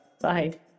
Bye